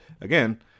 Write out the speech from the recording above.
again